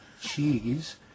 cheese